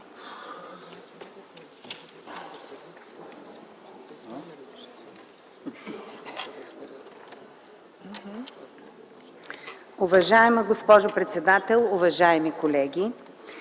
Уважаема госпожо председател, уважаеми колеги!